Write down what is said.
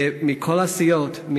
ומכל הסיעות,